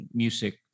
music